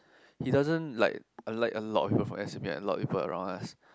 he doesn't like like a lot of people from s_u like a lot of people around us